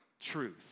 truth